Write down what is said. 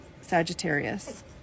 Sagittarius